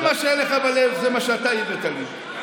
מה שהיה לך בלב, זה מה שאתה הבאת לי.